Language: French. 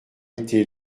été